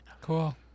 cool